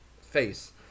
face